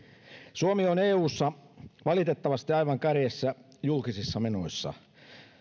suomi on eussa valitettavasti aivan kärjessä julkisissa menoissa